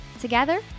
Together